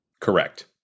Correct